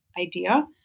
idea